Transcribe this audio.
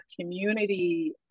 community